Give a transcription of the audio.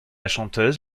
chanteuse